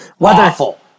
Awful